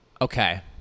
Okay